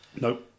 Nope